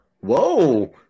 Whoa